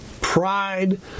pride